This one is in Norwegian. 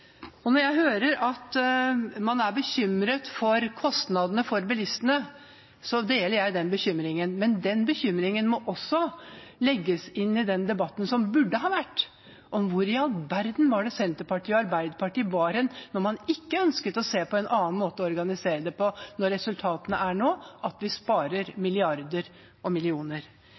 prislappen. Når jeg hører at man er bekymret for kostnadene for bilistene, deler jeg den bekymringen, men den bekymringen må legges inn i den debatten som burde ha vært, om hvor i all verden Senterpartiet og Arbeiderpartiet var da man ikke ønsket å se på en annen måte å organisere dette på, når resultatene nå er at vi sparer milliarder og millioner.